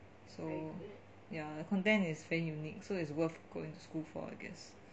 so ya the content is very unique so it's worth going school for I guess